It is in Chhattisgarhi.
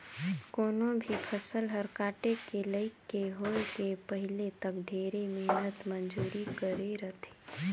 कोनो भी फसल हर काटे के लइक के होए के पहिले तक ढेरे मेहनत मंजूरी करे रथे